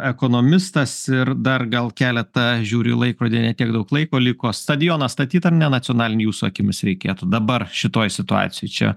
ekonomistas ir dar gal keletą žiūriu į laikrodį ne tiek daug laiko liko stadioną statyt ar ne nacionalinį jūsų akimis reikėtų dabar šitoj situacijoj čia